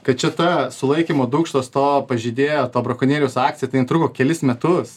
kad čia ta sulaikymo dūkštos to pažeidėjo to brakonieriaus akcija tai jin truko kelis metus